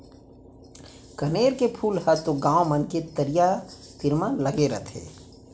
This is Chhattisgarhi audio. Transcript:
कनेर के फूल ह तो गॉंव मन के तरिया तीर म लगे रथे